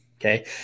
okay